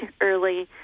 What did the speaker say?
early